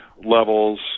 levels